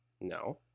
No